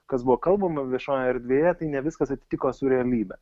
kas buvo kalbama viešojoje erdvėje tai ne viskas atsitiko su realybe